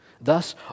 thus